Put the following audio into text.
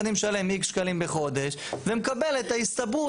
אני משלם X שקלים בחודש ומקבל את ההסתברות